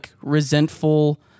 resentful